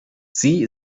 sie